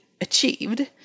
achieved